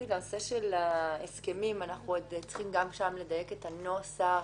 אנחנו צריכים עוד לדייק את הנוסח,